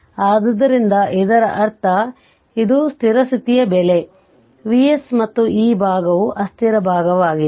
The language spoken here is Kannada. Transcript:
ಆದ್ದರಿಂದ ಇದರರ್ಥ ಇದು ಸ್ಥಿರ ಸ್ಥಿತಿಯ ಬೆಲೆ Vs ಮತ್ತು ಈ ಭಾಗವು ಅಸ್ಥಿರ ಭಾಗವಾಗಿದೆ